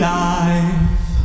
life